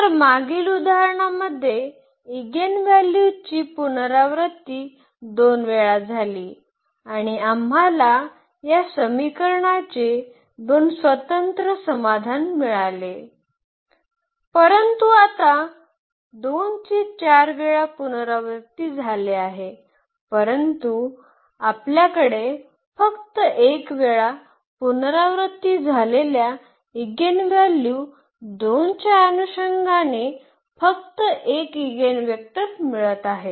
तर मागील उदाहरणामध्ये एगेनव्हल्यूची पुनरावृत्ती दोन वेळा झाली आणि आम्हाला या समीकरणाचे दोन स्वतंत्र समाधान मिळाले परंतु आता 2 चे 4 वेळा पुनरावृत्ती झाले आहे परंतु आपल्याकडे फक्त 1 वेळा पुनरावृत्ती झालेल्या एगेनव्हल्यू 2 च्या अनुषंगाने फक्त 1 एगेनवेक्टर मिळत आहेत